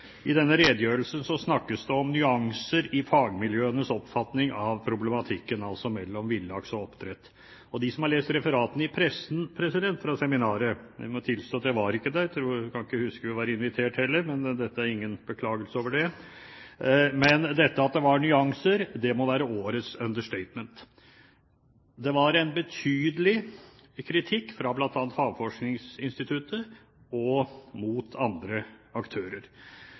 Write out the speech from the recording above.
I redegjørelsen snakkes det om nyanser i fagmiljøenes oppfatning av problematikken mellom villaks og oppdrettslaks. De som har lest referatene fra seminaret i pressen – jeg må tilstå at jeg ikke var der; jeg kan ikke huske at jeg var invitert, heller, men dette er ingen beklagelse over det – vil se at det at det var nyanser, må være årets understatement. Det var en betydelig kritikk fra bl.a. Havforskningsinstituttet og mot andre aktører.